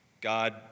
God